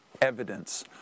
evidence